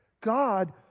God